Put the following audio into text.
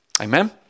amen